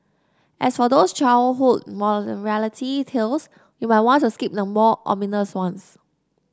as for those childhood morality tales you might want to skip the more ominous ones